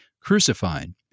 crucified